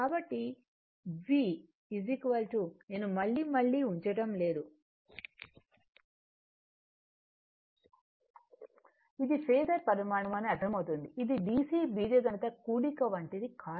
కాబట్టి V నేను మళ్లీ మళ్లీ ఉంచడం లేదు ఇది ఫేసర్ పరిమాణం అని అర్ధమవుతుంది ఇది dc బీజగణిత కూడిక వంటిది కాదు